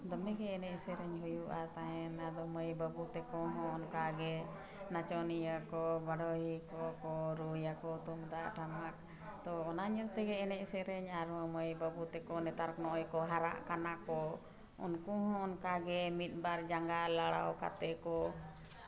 ᱫᱚᱢᱮ ᱜᱮ ᱮᱱᱮᱡ ᱥᱮᱨᱮᱧ ᱦᱩᱭᱩᱜᱼᱟ ᱛᱟᱦᱮᱱᱟ ᱟᱫᱚ ᱢᱟᱹᱭ ᱵᱟᱹᱵᱩ ᱛᱮᱠᱚ ᱦᱚᱸ ᱚᱱᱠᱟᱜᱮ ᱱᱟᱪᱚᱱᱤᱭᱟᱹ ᱠᱚ ᱵᱟᱰᱳᱦᱤ ᱠᱚᱠᱚ ᱨᱩᱭᱟᱠᱚ ᱛᱩᱢᱫᱟᱜ ᱴᱟᱢᱟᱠ ᱛᱳ ᱚᱱᱟ ᱧᱮᱞ ᱛᱮᱜᱮ ᱮᱱᱮᱡᱼᱥᱮᱨᱮᱧ ᱟᱨᱦᱚᱸ ᱢᱟᱹᱭ ᱵᱟᱹᱵᱩ ᱛᱮᱠᱚ ᱱᱮᱛᱟᱨ ᱱᱚᱜᱼᱚᱭ ᱠᱚ ᱦᱟᱨᱟᱜ ᱠᱟᱱᱟ ᱠᱚ ᱩᱱᱠᱩ ᱦᱚᱸ ᱚᱱᱠᱟᱜᱮ ᱢᱤᱫ ᱵᱟᱨ ᱡᱟᱸᱜᱟ ᱞᱟᱲᱟᱣ ᱠᱟᱛᱮ ᱠᱚ